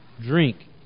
drink